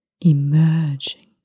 emerging